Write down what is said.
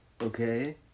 Okay